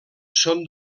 són